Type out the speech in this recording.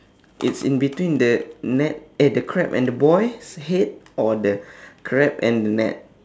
it's in between the net eh the crab and the boy's head or the crab and the net